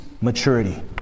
maturity